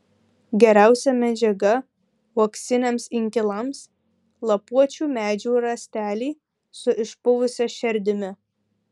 geriausia medžiaga uoksiniams inkilams lapuočių medžių rąsteliai su išpuvusia šerdimi